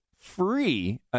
free